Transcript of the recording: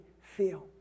feel